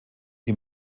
die